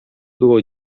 było